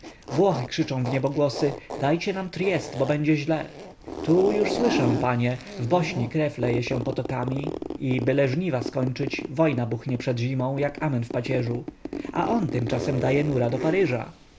włochy krzyczą w niebogłosy dajcie nam tryjest bo będzie źle tu już słyszę panie w bośni krew leje się potokami i byle żniwa skończyć wojna buchnie przed zimą jak amen w pacierzu a on tymczasem daje nura do paryża